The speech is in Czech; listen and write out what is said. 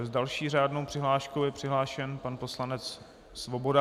S další řádnou přihláškou je přihlášen pan poslanec Svoboda.